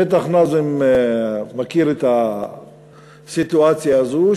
בטח נאזם מכיר את הסיטואציה הזאת,